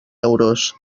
euros